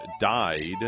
died